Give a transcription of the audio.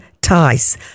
Tice